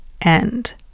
end